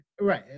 right